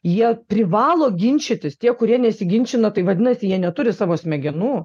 jie privalo ginčytis tie kurie nesiginčina tai vadinasi jie neturi savo smegenų